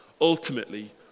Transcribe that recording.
ultimately